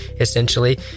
essentially